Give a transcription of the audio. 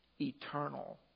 Eternal